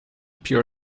pure